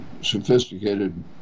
sophisticated